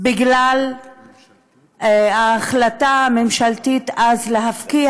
בגלל ההחלטה הממשלתית אז להפקיע